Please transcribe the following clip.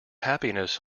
happiness